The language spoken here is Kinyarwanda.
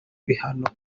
bihano